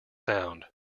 sound